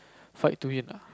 fight to win ah